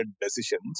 decisions